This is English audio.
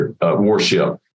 warship